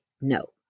no